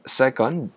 second